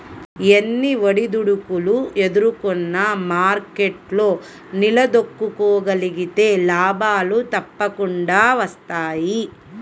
ఎన్ని ఒడిదుడుకులు ఎదుర్కొన్నా మార్కెట్లో నిలదొక్కుకోగలిగితే లాభాలు తప్పకుండా వస్తాయి